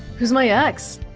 who's my ex?